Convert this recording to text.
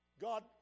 God